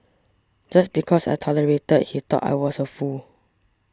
just because I tolerated he thought I was a fool